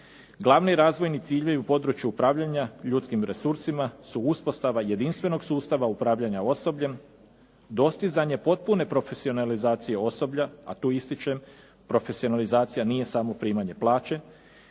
Glavni razvojni ciljevi u području upravljanja ljudskim resursima su uspostava jedinstvenog sustava upravljanja osobljem, dostizanje potpune profesionalizacije osoblja, a tu ističem profesionalizacija nije samo primanje plaće,